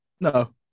No